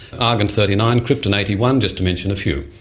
argon thirty nine, krypton eighty one, just to mention a few.